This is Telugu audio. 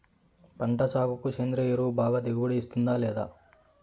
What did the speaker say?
పంట సాగుకు సేంద్రియ ఎరువు బాగా దిగుబడి ఇస్తుందా లేదా